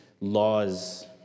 laws